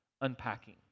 unpacking